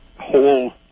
whole